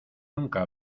nunca